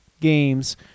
games